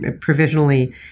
provisionally